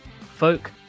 folk